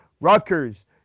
Rutgers